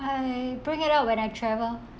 I bring it out when I travel